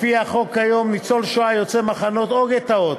לפי החוק כיום, ניצול שואה יוצא מחנות או גטאות